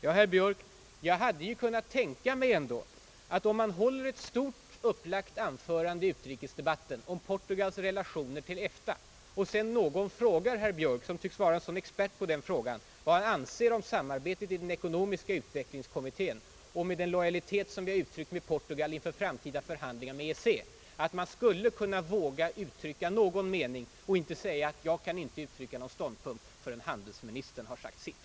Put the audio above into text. Jag tänkte mig annars att om herr Björk håller ett stort upplagt anförande i utrikesdebatten om Portugals relationer till EFTA och någon sedan frågar honom — han tycks ju vara en sådan expert på detta område — vad han anser om samarbetet i den ekonomiska utvecklingskommittén och om lojaliteten mot Portugal inför framtida förhandlingar med EEC, så borde han ha kunnat våga uttrycka någon mening i stället för att tala om att han inte kan ha någon ståndpunkt förrän handelsministern har sagt sitt.